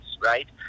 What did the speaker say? right